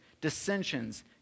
dissensions